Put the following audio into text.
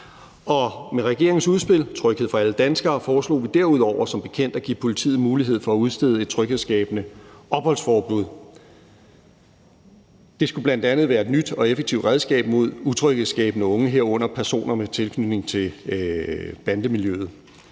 Med regeringens udspil »Tryghed for alle danskere« foreslog vi derudover som bekendt at give politiet mulighed for at udstede et tryghedsskabende opholdsforbud. Det skulle bl.a. være et nyt og effektivt redskab mod utryghedsskabende unge, herunder personer med tilknytning til bandemiljøet.